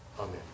Amen